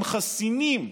הם חסינים.